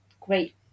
great